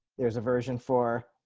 there's a version for